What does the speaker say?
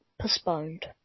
postponed